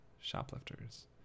Shoplifters